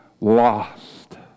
Lost